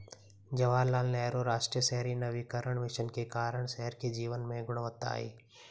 जवाहरलाल नेहरू राष्ट्रीय शहरी नवीकरण मिशन के कारण शहर के जीवन में गुणवत्ता आई